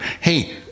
Hey